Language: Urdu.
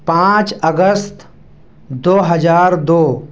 پانچ اگست دو ہزار دو